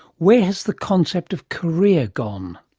where has the concept of career gone?